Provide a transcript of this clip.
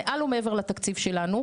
מעל ומעבר לתקציב שלנו,